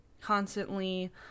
constantly